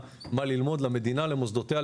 למוסדותיה,